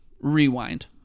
rewind